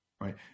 right